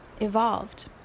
evolved